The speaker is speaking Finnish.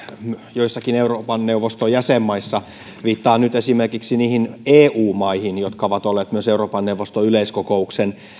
joissakin euroopan neuvoston jäsenmaissa viittaan nyt esimerkiksi niihin eu maihin jotka ovat olleet myös euroopan neuvoston yleiskokouksen